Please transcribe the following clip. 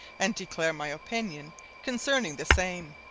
and declare my opinion concerning the same.